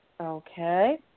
Okay